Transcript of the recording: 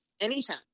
Anytime